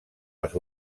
les